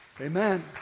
Amen